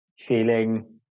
Feeling